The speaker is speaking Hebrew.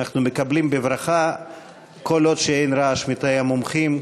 אנחנו מקבלים בברכה כל עוד אין רעש מתאי המומחים,